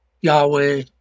Yahweh